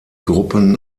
gruppen